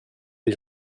des